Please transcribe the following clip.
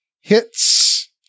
Hits